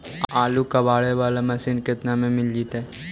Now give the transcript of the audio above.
आलू कबाड़े बाला मशीन केतना में मिल जइतै?